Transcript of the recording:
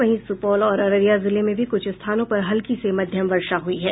वहीं सुपौल और अररिया जिले में भी कुछ स्थानों पर हल्की से मध्यम वर्षा हुई है